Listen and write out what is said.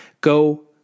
go